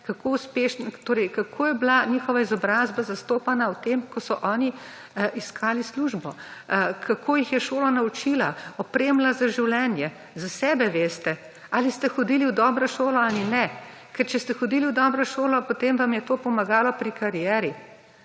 kako je bila njihova izobrazba zastopana v tem, ko so oni iskali službo, kako jih je šola naučila, opremila za življenje. Za sebe veste, ali ste hodili v dobro šolo ali ne, ker če ste hodili v dobro šolo, potem vam je to pomagalo pri karieri.